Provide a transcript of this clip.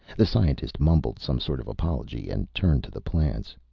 the scientist mumbled some sort of apology, and turned to the plants.